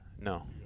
No